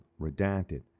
redacted